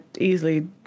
easily